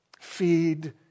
Feed